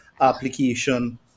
application